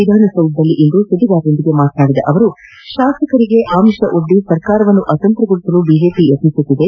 ವಿಧಾನಸೌಧದಲ್ಲಿಂದು ಸುದ್ದಿಗಾರರೊಂದಿಗೆ ಮಾತನಾಡಿದ ಅವರು ಶಾಸಕರಿಗೆ ಆಮಿಷವೊದ್ದಿ ಸರ್ಕಾರವನ್ನು ಅತಂತ್ರಗೊಳಿಸಲು ಬಿಜೆಪಿ ಪ್ರಯತ್ತಿಸುತ್ತಿದೆ